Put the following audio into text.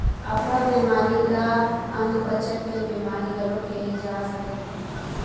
अफरा बेमारी ल अधपचन के बेमारी घलो केहे जा सकत हे